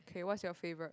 okay what's your favourite